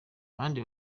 abandi